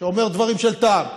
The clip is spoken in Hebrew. שאומר דברים של טעם,